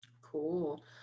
cool